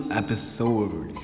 episode